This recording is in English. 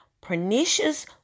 pernicious